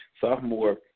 Sophomore